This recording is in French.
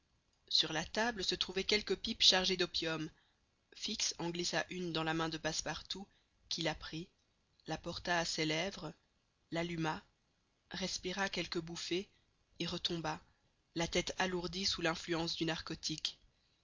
sur la table se trouvaient quelques pipes chargées d'opium fix en glissa une dans la main de passepartout qui la prit la porta à ses lèvres l'alluma respira quelques bouffées et retomba la tête alourdie sous l'influence du narcotique